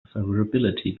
favorability